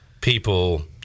people